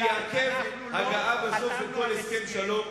שיעכב הגעה לכל הסכם שלום,